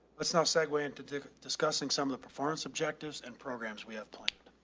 let's now segue into discussing some of the performance objectives and programs. we have planned